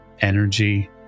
energy